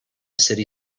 city